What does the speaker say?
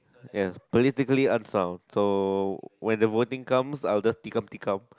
yes politically unsound so when the wording comes I will just tikam tikam